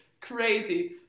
Crazy